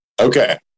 Okay